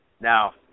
Now